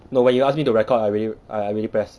no when you ask me to record I already I already press